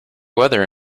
weather